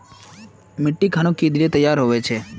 मिट्टी खानोक की दिले तैयार होबे छै?